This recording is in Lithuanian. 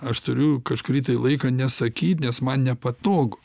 aš turiu kažkurį laiką nesakyt nes man nepatogu